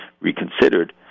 reconsidered